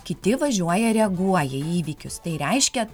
kiti važiuoja reaguoja į įvykius tai reiškia